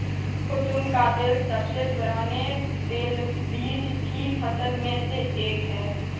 कुसुम का तेल सबसे पुराने तेलबीज की फसल में से एक है